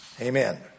Amen